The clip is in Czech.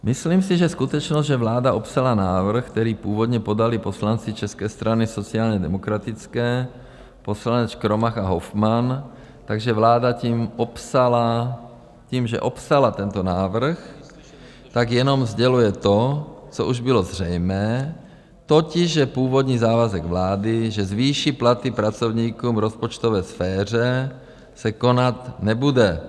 Myslím si, že skutečnost, že vláda opsala návrh, který původně podali poslanci České strany sociálně demokratické, poslanec Škromach a Hofman, tak že vláda tím, že opsala tento návrh, tak jenom sděluje to, co už bylo zřejmé, totiž že původní závazek vlády, že zvýší platy pracovníkům v rozpočtové sféře, se konat nebude.